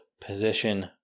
position